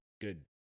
good